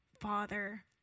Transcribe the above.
father